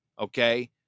Okay